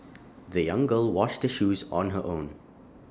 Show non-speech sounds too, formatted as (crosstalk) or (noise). (noise) the young girl washed her shoes on her own